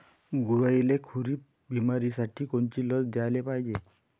गुरांइले खुरी बिमारीसाठी कोनची लस द्याले पायजे?